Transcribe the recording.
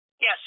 Yes